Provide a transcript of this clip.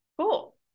cool